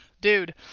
Dude